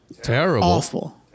terrible